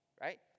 Right